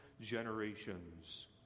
generations